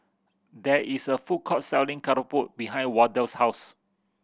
there is a food court selling keropok behind Wardell's house